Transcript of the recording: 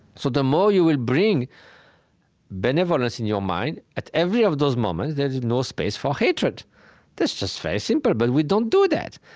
so the more you will bring benevolence in your mind at every of those moments, there's no space for hatred that's just very simple, but we don't do that.